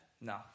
No